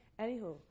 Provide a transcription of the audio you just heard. Anywho